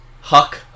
Huck